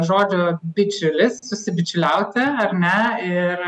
žodžio bičiulis susibičiuliauti ar ne ir